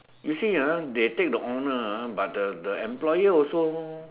you see ah they take the honor ah but the the employer also